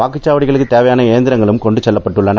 வாக்குச்சாவடிக்கு தேவையாள இயந்திரங்களும் கொண்டு செல்லப்பட்டுள்ளன